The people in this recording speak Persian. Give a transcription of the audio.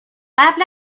قبل